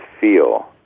feel